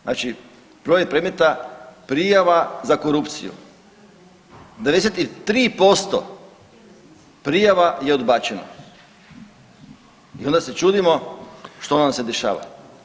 Znači broj predmeta prijava za korupciju 93% prijava je odbačeno i onda se čudimo što nam se dešava